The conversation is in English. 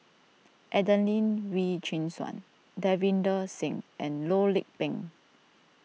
Adelene Wee Chin Suan Davinder Singh and Loh Lik Peng